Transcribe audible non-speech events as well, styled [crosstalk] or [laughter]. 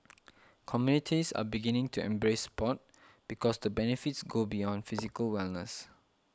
communities are beginning to embrace sport because the benefits go beyond [noise] physical wellness